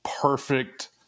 perfect